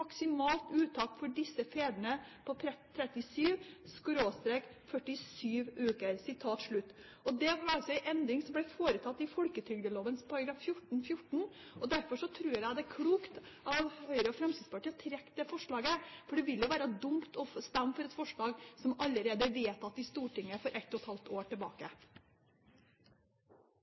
uttak for disse fedrene på 37/47 uker.» Det var altså en endring som ble foretatt i folketrygdloven § 14-14. Derfor tror jeg det er klokt av Høyre og Fremskrittspartiet å trekke dette forslaget, for det ville jo være dumt å stemme for et forslag som allerede ble vedtatt i Stortinget for et og et halvt år tilbake.